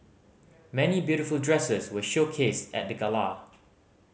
many beautiful dresses were showcased at the gala